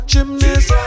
Gymnast